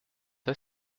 est